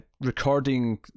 recording